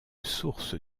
source